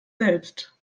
selbst